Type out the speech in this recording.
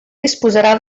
disposarà